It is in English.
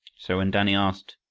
so when danny asked,